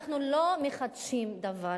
אנחנו לא מחדשים דבר,